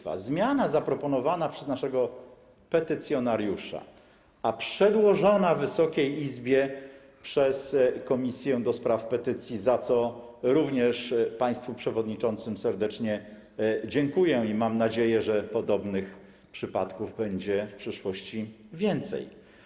Chodzi o zmianę zaproponowaną przez naszego petycjonariusza a przedłożoną Wysokiej Izbie przez Komisję do Spraw Petycji, za co również państwu przewodniczącym serdecznie dziękuję i mam nadzieję, że podobnych przypadków będzie w przyszłości więcej.